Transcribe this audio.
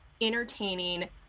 entertaining